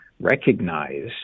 recognize